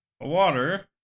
water